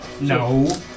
No